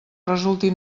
resulti